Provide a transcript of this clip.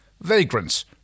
Vagrant's